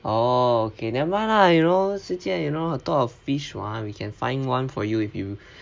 oh okay never mind lah you know 世界 you know 很多 of fish [one] we can find one for you if you